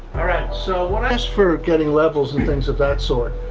alright, so what i ask for getting levels and things of that sort.